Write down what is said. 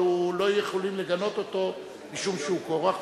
אבל לא יכולים לגנות אותו משום שהוא כורח,